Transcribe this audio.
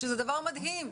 שזה דבר מדהים.